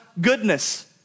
goodness